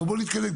אבל בואו נתקדם,